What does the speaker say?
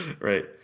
Right